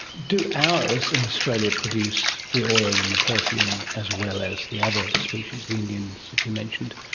do ours in australia produce the oil and the perfume as well as the other species, the indians that you mentioned?